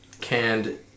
canned